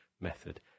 method